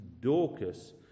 Dorcas